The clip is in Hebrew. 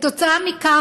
כתוצאה מכך,